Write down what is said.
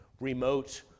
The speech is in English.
remote